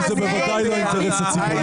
מינה את ועדת שמגר?